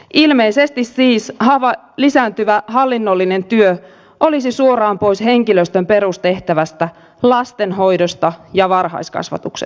ilmeisesti siis lisääntyvä hallinnollinen työ olisi suoraan pois henkilöstön perustehtävästä lastenhoidosta ja varhaiskasvatuksesta